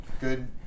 Good